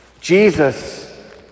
Jesus